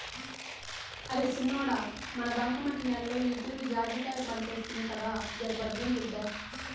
అరే సిన్నోడా మన బంకమట్టి నేలలో ఈతూరి జాజికాయ పంటేస్తిమి కదా జరభద్రం బిడ్డా